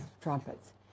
Trumpets